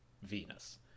venus